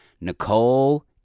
Nicole